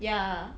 ya